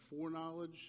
foreknowledge